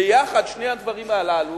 ביחד, שני הדברים הללו,